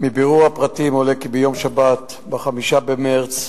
מבירור הפרטים עולה כי ביום שבת, 5 במרס,